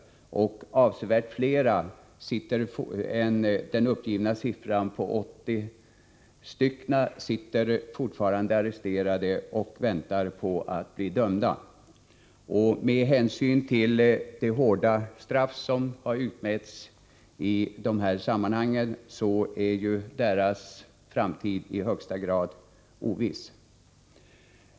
Det är också avsevärt fler än 80 — vilket är den siffra som har angivits — som fortfarande är arresterade och väntar på att bli dömda. Med hänsyn till de hårda straff som utmätts i de här fallen är dessa människors framtid i högsta grad oviss.